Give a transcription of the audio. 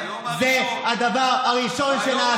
ביום הראשון,